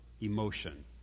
emotion